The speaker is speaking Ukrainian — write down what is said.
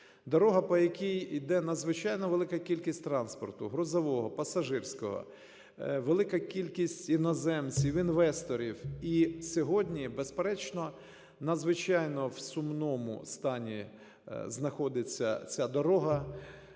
Дорога, по якій іде надзвичайно велика кількість транспорту грузового, пасажирського, велика кількість іноземців, інвесторів. І сьогодні, безперечно, в надзвичайно сумному стані знаходиться ця дорога.